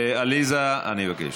עליזה, אני מבקש.